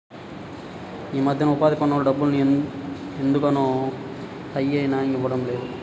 యీ మద్దెన ఉపాధి పనుల డబ్బుల్ని ఎందుకనో టైయ్యానికి ఇవ్వడం లేదు